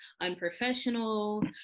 unprofessional